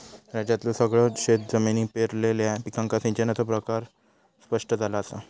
राज्यातल्यो सगळयो शेतजमिनी पेरलेल्या पिकांका सिंचनाचो प्रकार स्पष्ट झाला असा